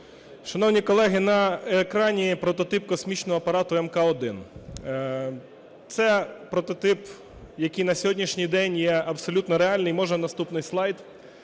Шановні колеги, на екрані прототип космічного апарату "МК-1". Це прототип, який за сьогоднішній день є абсолютно реальні. І можна наступний слайд.